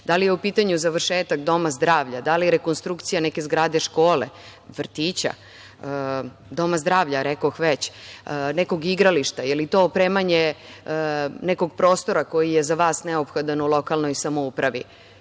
da li je u pitanju završetak doma zdravlja, da li rekonstrukcija neke zgrade, škole, vrtića, nekog igrališta, ili je to opremanje nekog prostora koji je za vas neophodan u lokalnoj samoupravi.